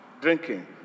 drinking